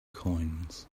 coins